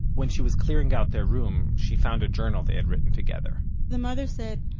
when she was clearing out their room, she found a journal they had written together the mother said,